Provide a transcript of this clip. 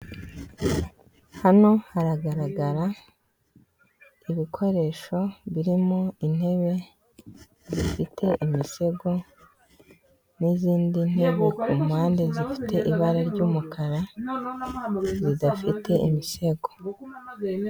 Mu cyumba cy'inama ahateraniye abantu b'inzego zitandukanye b'abayobozi harimo nyakubahwa perezida wa repubulika Paul Kagame na madamu we Jeannette Kagame, abaminisitiri n'abadepite.